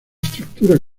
estructura